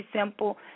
simple